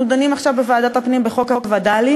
אנחנו דנים עכשיו בוועדת הפנים בחוק הווד"לים,